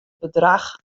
bedrach